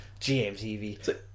GMTV